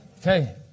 Okay